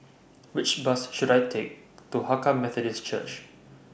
Which Bus should I Take to Hakka Methodist Church